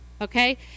okay